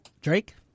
Drake